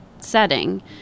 setting